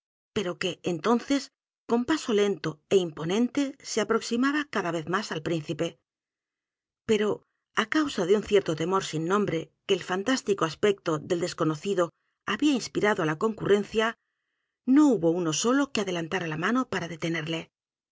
pero que entonces con paso lento é imponente se aproximaba cada vez más al príncipe pero á causa de u n cierto temor sin nombre que el fantástico aspecto del desconocido había inspirado á la concurrencia no hubo uno solo que adelantara la mano para